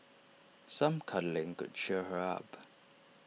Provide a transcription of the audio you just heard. some cuddling could cheer her up